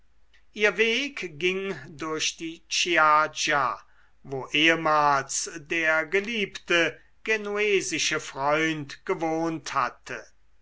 ihr weg ging durch die chiaja wo ehemals der geliebte genuesische freund gewohnt hatte